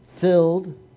filled